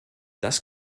das